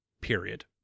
period